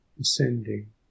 ascending